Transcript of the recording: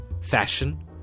Fashion